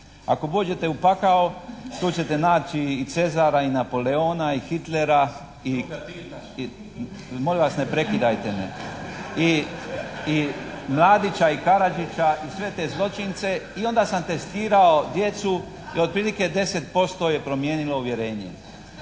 Ako dođete u pakao tu ćete naći i Cezara i Napoleona i Hitlera i… …/Upadica: I druga Tita./… Molim vas, ne prekidajte me! I Mladića i Karađića i sve te zločince i onda sam testirao djecu i otprilike 10% je promijenilo uvjerenje.